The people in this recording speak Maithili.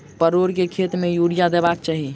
परोर केँ खेत मे यूरिया देबाक चही?